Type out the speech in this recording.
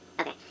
okay